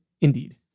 Indeed